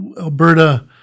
Alberta